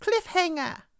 cliffhanger